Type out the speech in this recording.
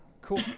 cool